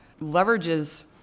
leverages